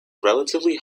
relatively